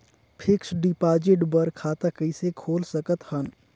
Fixed deposit बर खाता कइसे खोल सकत हन?